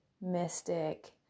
Mystic